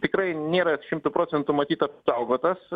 tikrai nėra šimtu procentų matyt apsaugotas